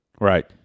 Right